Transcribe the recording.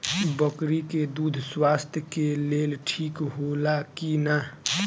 बकरी के दूध स्वास्थ्य के लेल ठीक होला कि ना?